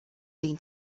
been